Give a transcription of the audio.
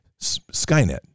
Skynet